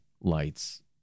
lights